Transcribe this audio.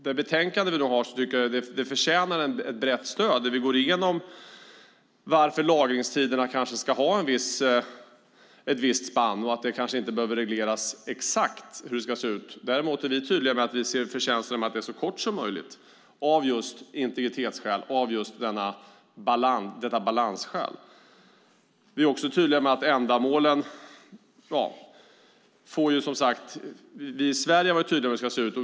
Det betänkande som vi har här förtjänar ett brett stöd, där vi går igenom varför lagringstiderna kanske ska ha ett visst spann och att det kanske inte behöver regleras exakt hur det ska se ut. Däremot är vi tydliga med att vi ser förtjänster med att det är så kort som möjligt, av just integritets och balansskäl. Vi i Sverige har varit tydliga med hur det ska se ut.